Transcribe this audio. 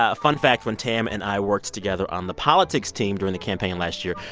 ah fun fact when tam and i worked together on the politics team during the campaign last year,